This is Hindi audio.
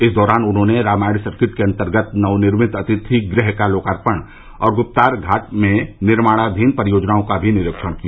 इस दौरान उन्होंने रामायण सर्किट के अन्तर्गत नवनिर्मित अतिथि गृह का लोकार्पण और गुप्तार घाट में निर्माणाधीन परियोजनाओं का निरीक्षण भी किया